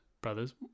Brothers